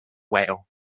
whale